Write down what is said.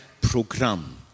program